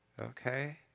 Okay